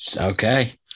Okay